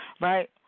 Right